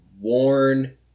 worn